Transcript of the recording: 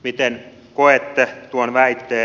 miten koette tuon väitteen